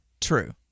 True